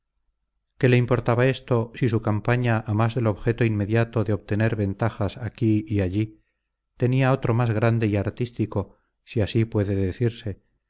qué le importaba esto si su campaña a más del objeto inmediato de obtener ventajas aquí y allí tenía otro más grande y artístico si así puede decirse